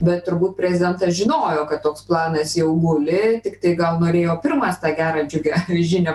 bet turbūt prezidentas žinojo kad toks planas jau guli tiktai gal norėjo pirmas tą gerą džiugią žinią